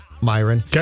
Myron